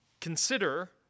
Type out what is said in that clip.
consider